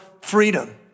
freedom